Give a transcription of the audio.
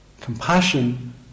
Compassion